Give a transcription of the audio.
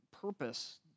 purpose